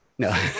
No